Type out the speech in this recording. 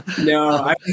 no